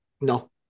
No